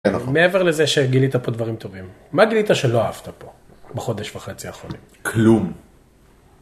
מעבר לזה שגילית פה דברים טובים, מה גילית שלא אהבת פה בחודש וחצי האחרונים? כלום.